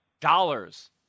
Dollars